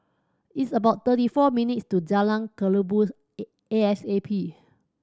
it's about thirty four minutes' to Jalan Kelabu A A S A P